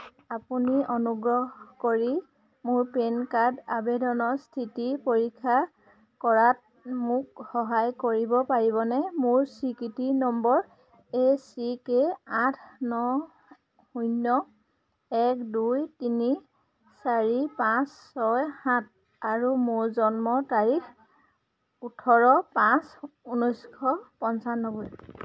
আপুনি অনুগ্ৰহ কৰি মোৰ পেন কাৰ্ড আবেদনৰ স্থিতি পৰীক্ষা কৰাত মোক সহায় কৰিব পাৰিবনে মোৰ স্বীকৃতি নম্বৰ এ চি কে আঠ ন শূন্য এক দুই তিনি চাৰি পাঁচ ছয় সাত আৰু মোৰ জন্ম তাৰিখ ওঠৰ পাঁচ ঊনৈছশ পঁনচান্নবৈ